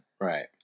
Right